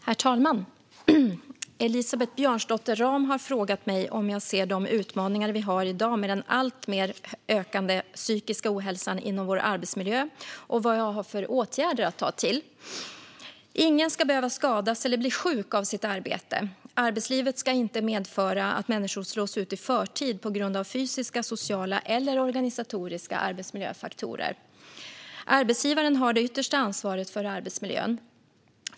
Herr talman! Elisabeth Björnsdotter Rahm har frågat mig om jag ser de utmaningar vi har i dag med den alltmer ökande psykiska ohälsan inom vår arbetsmiljö och vad jag har för åtgärder att ta till. Ingen ska behöva skadas eller bli sjuk av sitt arbete. Arbetslivet ska inte medföra att människor slås ut i förtid på grund av fysiska, sociala eller organisatoriska arbetsmiljöfaktorer. Arbetsgivaren har det yttersta ansvaret för arbetsmiljön.